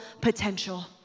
potential